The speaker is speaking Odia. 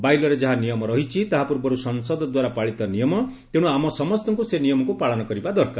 ବାଇ ଲ'ରେ ଯାହା ନିୟମ ରହିଛି ତାହା ପୁର୍ବର୍ ସଂସଦ ଦ୍ୱାରା ପାଳିତ ନିୟମ ତେଣୁ ଆମ ସମସଙ୍କୁ ସେ ନିୟମକୁ ପାଳନ କରିବା ଦରକାର